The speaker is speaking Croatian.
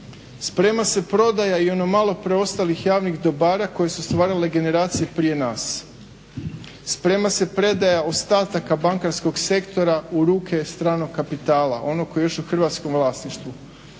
Sprema se prodaja i ono malo preostalih javnih dobara koje su stvarale generacije prije nas. Sprema se predaja ostataka bankarskog sektora u ruke stranog kapitala, onog koji je još u hrvatskom vlasništvu.